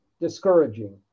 discouraging